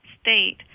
State